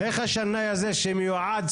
איך השנאי הזה שמיועד,